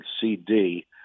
CD